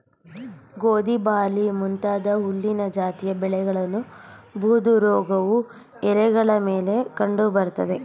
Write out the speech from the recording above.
ಗೋಧಿ ಬಾರ್ಲಿ ಮುಂತಾದ ಹುಲ್ಲಿನ ಜಾತಿಯ ಬೆಳೆಗಳನ್ನು ಬೂದುರೋಗವು ಎಲೆಗಳ ಮೇಲೆ ಕಂಡು ಬರ್ತದೆ